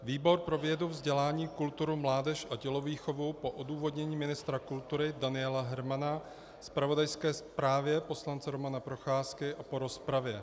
Výbor pro vědu, vzdělání, kulturu, mládež a tělovýchovu po odůvodnění ministra kultury Daniela Hermana, zpravodajské zprávě poslance Romana Procházky a po rozpravě